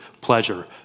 pleasure